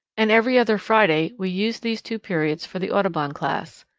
and every other friday we used these two periods for the audubon class.